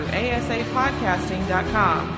asapodcasting.com